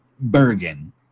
Bergen